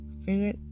figure